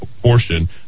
portion